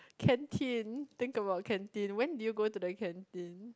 canteen think about canteen when did you go to the canteen